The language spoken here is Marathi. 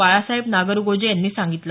बाळासाहेब नागरगोजे यांनी सांगितलं